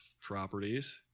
properties